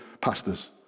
pastors